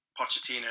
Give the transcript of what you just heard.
Pochettino